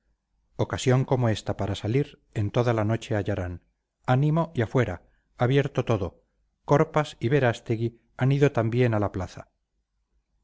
ocasión como esta para salir en toda la noche hallarán ánimo y afuera abierto todo corpas y berastegui han ido corriendo a la plaza